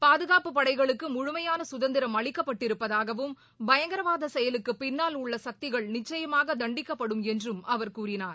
பாதுகாப்பு படைகளுக்கு முழுமையான சுதந்திரம் அளிக்கப்பட்டிருப்பதகாவும் பயங்கரவாத செயலுக்கு பின்னால் உள்ள சக்திகள் நிச்சயமாக தண்டிக்கப்படும் என்றும் அவர் கூறினார்